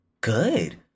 good